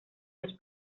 los